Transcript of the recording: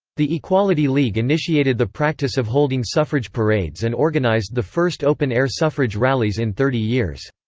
the equality league initiated the practice of holding suffrage parades and organized the first open air suffrage rallies in thirty years.